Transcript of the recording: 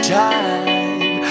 time